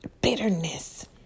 bitterness